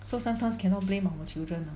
so sometimes cannot blame our children ah